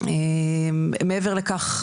מעבר לכך,